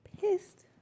pissed